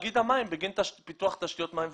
לתאגיד המים בגין פיתוח תשתיות מים וביוב".